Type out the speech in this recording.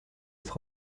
être